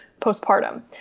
postpartum